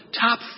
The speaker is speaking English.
top